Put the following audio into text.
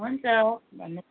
हुन्छ